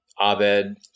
Abed